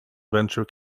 venture